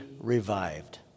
revived